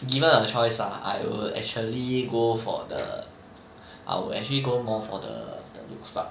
given a choice ah I will actually go for the I would actually go more for the looks fat because